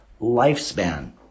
lifespan